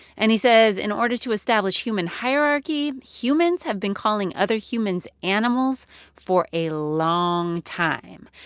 and he says in order to establish human hierarchy, humans have been calling other humans animals for a long time.